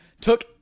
took